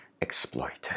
exploited